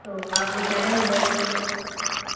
तो आप ले के आ जाना दरवाजे वगैरह सब